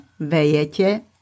vejete